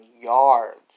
yards